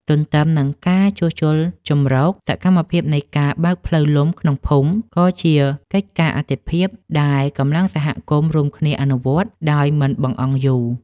ទន្ទឹមនឹងការជួសជុលជម្រក សកម្មភាពនៃការបើកផ្លូវលំក្នុងភូមិ ក៏ជាកិច្ចការអាទិភាពដែលកម្លាំងសហគមន៍រួមគ្នាអនុវត្តដោយមិនបង្អង់យូរ។